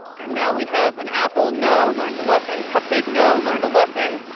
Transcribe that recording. and now we have an apple, no. learned a lesson. cupcake, no. learned a lesson.